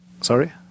Sorry